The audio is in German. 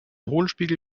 hohlspiegel